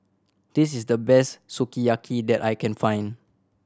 this is the best Sukiyaki that I can find